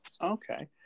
okay